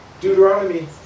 Deuteronomy